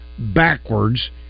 backwards